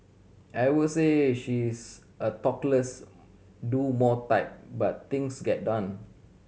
I would say she is a talk less do more type but things get done